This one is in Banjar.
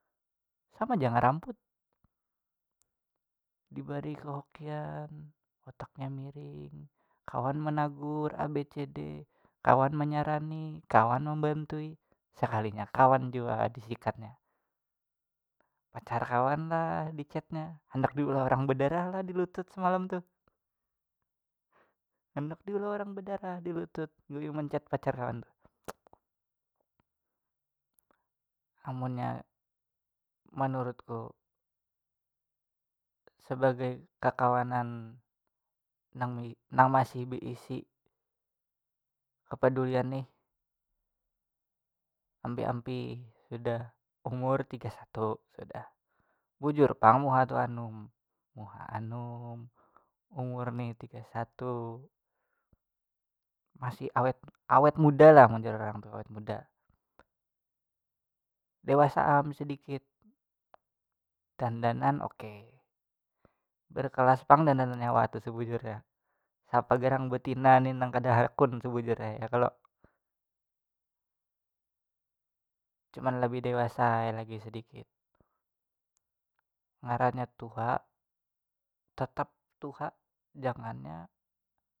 Sama ja ngeramput dibari kehokian otaknya miring kawan managur abcd kawan menyarani kawan membantui sekalinya kawan jua disikatnya, pacar kawan lah dichatnya handak diulah orang bedarah lah dilutut semalam tuh, handak diolah orang bedarah dilutut gawi menchat pacar kawan tu amunnya menurutku sebagai kakawanan nangme- nang masih beisi kepedulian nih ampih ampih sudah umur tiga satu sudah bujur pang muha tu anum muha anum umur ni tiga satu masih awet awet muda lah mun jar orang tu awet muda dewasa am sedikit dandanan oke berkelas pang dandanan nyawa tu sebujurnya siapa garang betina ni nang kada hakun sebujurnya ya kalo cuma labih dewasa ai lagi sedikit ngarannya tuha tetap tuha jangan ya.